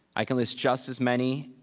i can list just as many,